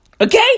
Okay